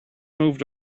moved